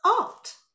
Art